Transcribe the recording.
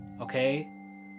Okay